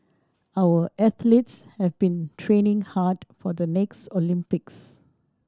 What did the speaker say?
our athletes have been training hard for the next Olympics